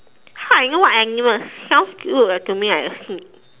how I know what animals sounds good to me I assume